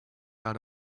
out